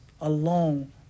alone